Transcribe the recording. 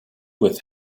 with